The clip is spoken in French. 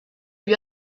lui